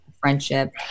friendship